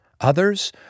others